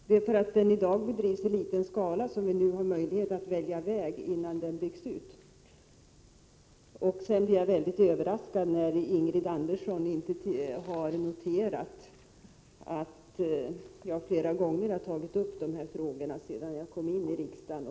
Fru talman! Det är därför att forskningen i dag bedrivs i liten skala som vi nu har möjlighet att välja väg innan den byggs ut. Sedan blev jag överraskad över att Ingrid Andersson inte har noterat att jag flera gånger har tagit upp de här frågorna sedan jag kom in i riksdagen.